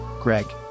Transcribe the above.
Greg